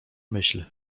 myśl